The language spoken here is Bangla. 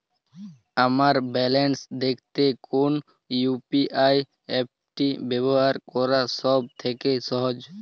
আমার ব্যালান্স দেখতে কোন ইউ.পি.আই অ্যাপটি ব্যবহার করা সব থেকে সহজ?